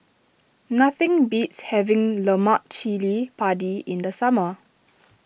nothing beats having Lemak Cili Padi in the summer